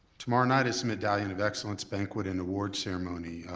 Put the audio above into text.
tomorrow night is medallion of excellence banquet and awards ceremony,